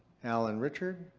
allen richards.